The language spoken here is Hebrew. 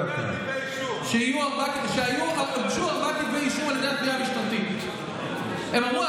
לפני ארבעה חודשים שלחתי מכתב ליועצת המשפטית לממשלה,